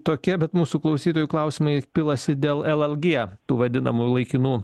tokia bet mūsų klausytojų klausimai pilasi dėl llg tų vadinamų laikinų